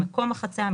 מקום החצייה,